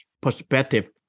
perspective